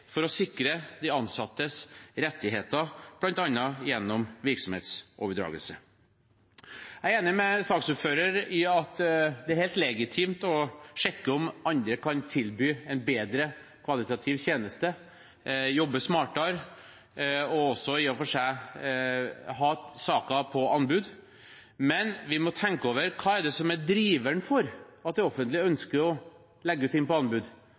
for å sikre de ansattes rettigheter, bl.a. gjennom virksomhetsoverdragelse. Jeg er enig med saksordføreren i at det er helt legitimt å sjekke om andre kan tilby en kvalitativt bedre tjeneste, jobbe smartere og i og for seg også å ha saker på anbud, men vi må tenke over hva det er som er driveren for at det offentlige ønsker å legge ut noe på anbud,